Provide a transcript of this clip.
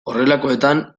horrelakoetan